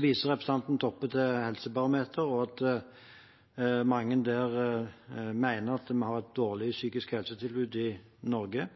viser representanten Toppe til Helsepolitisk barometer og at mange der mener at vi har et dårlig psykisk helsetilbud i Norge.